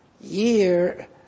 year